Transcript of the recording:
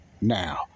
Now